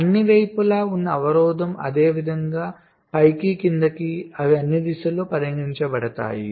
అన్ని వైపులా ఉన్న అవరోధం అదేవిధంగా పైకి క్రిందికి అవి అన్ని దిశలలో పరిగణించబడతాయి